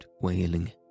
wailing